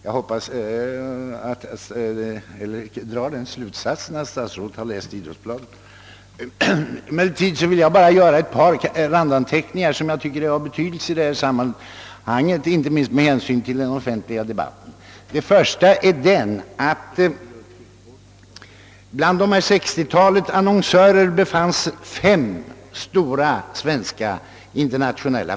Jag drar därav den slutsatsen att statsrådet har läst Idrottsbladet. Jag vill emellertid göra ett par randanmärkningar, som jag tycker har betydelse i detta sammanhang, inte minst med hänsyn till den offentliga debatten. Den första är att de 60 annonsörerna är av världsformat.